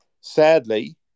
Sadly